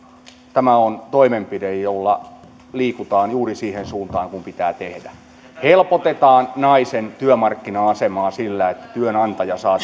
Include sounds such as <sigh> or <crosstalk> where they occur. tämä on toimenpide jolla liikutaan juuri siihen suuntaan kuin pitää helpotetaan naisen työmarkkina asemaa sillä että työnantaja saa <unintelligible>